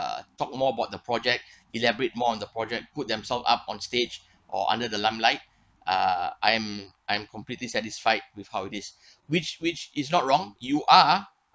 err talk more about the project elaborate more on the project put themselves up on stage or under the limelight uh I'm I'm completely satisfied with how it is which which is not wrong you are